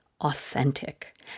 authentic